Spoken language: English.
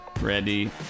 ready